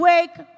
Wake